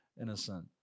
innocent